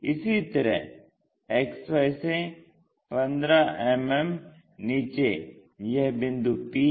इसी तरह XY से 15 मिमी नीचे यह बिंदु p है